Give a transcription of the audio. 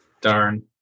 Darn